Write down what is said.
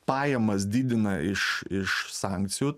pajamas didina iš iš sankcijų